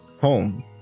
home